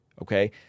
Okay